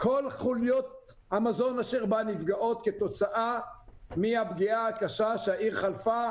כל חוליות המזון אשר בה נפגעות כתוצאה מהפגיעה הקשה שהעיר חטפה,